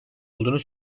olduğunu